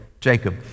Jacob